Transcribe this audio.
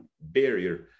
barrier